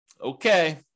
Okay